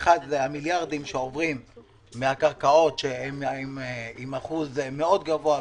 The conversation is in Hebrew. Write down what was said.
זה המיליארדים שעוברים מהקרקעות עם אחוז מאוד גבוה,